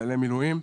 חיילי מילואים.